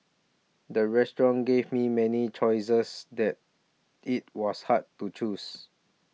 the restaurant gave me many choices that it was hard to choose